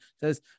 says